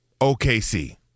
OKC